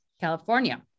California